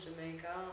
Jamaica